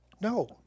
No